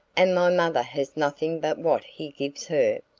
and my mother has nothing but what he gives her.